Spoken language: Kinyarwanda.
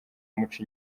amuca